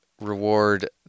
reward